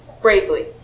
Bravely